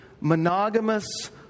monogamous